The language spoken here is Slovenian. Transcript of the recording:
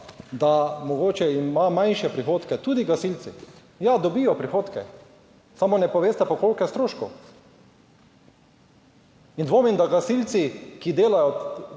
ima manjše prihodke, tudi gasilci. Ja dobijo prihodke, samo ne poveste pa koliko je stroškov in dvomim, da gasilci, ki delajo,